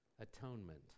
atonement